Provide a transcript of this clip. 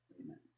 amen